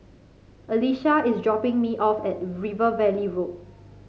Elisha is dropping me off at River Valley Road